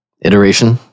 iteration